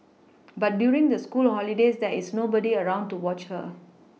but during the school holidays there is nobody around to watch her